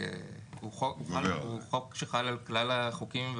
כי זה לא עומד בסתירה לסעיף 6. אבל הוא עומד בסתירה ביחס לכל האחרים.